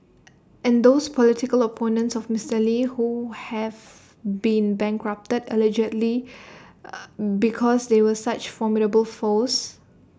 and those political opponents of Mister lee who have been bankrupted allegedly eh because they were such formidable foes